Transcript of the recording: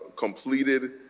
completed